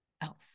else